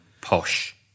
posh